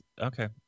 okay